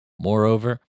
Moreover